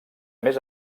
més